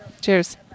cheers